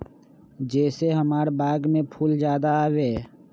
जे से हमार बाग में फुल ज्यादा आवे?